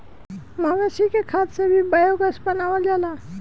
मवेशी के खाद से भी बायोगैस बनावल जाला